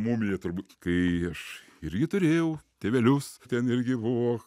mumija turbūt kai aš irgi turėjau tėvelius ten irgi buvo